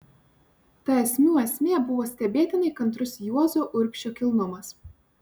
ta esmių esmė buvo stebėtinai kantrus juozo urbšio kilnumas